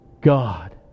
God